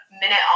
minute